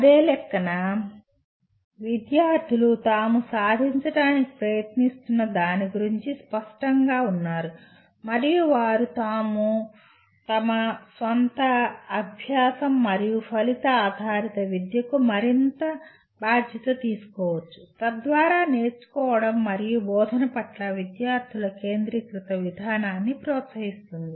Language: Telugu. అదే లెక్కన విద్యార్థులు తాము సాధించడానికి ప్రయత్నిస్తున్న దాని గురించి స్పష్టంగా ఉన్నారు మరియు వారు తమ సొంత అభ్యాసం మరియు ఫలిత ఆధారిత విద్యకు మరింత బాధ్యత తీసుకోవచ్చు తద్వారా నేర్చుకోవడం మరియు బోధన పట్ల విద్యార్థుల కేంద్రీకృత విధానాన్ని ప్రోత్సహిస్తుంది